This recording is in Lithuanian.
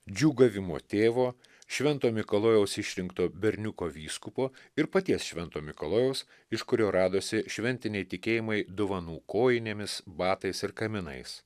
džiūgavimo tėvo švento mikalojaus išrinkto berniuko vyskupu ir paties švento mikalojaus iš kurio radosi šventiniai tikėjimai dovanų kojinėmis batais ir kaminais